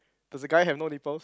does the guy have no nipples